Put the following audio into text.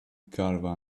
caravan